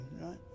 right